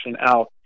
out